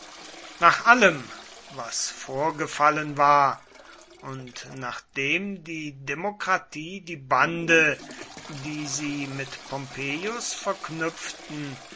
nach allem was vorgefallen war und nachdem die demokratie die bande die sie mit pompeius verknüpften